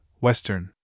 Western